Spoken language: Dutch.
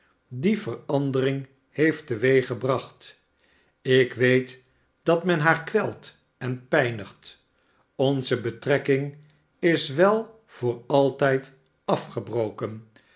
die verandering heeft teweeggebracht ik weet dat men haar kwelt en pijnigt onze betrekking is wel voor altijd afgebroken